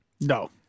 No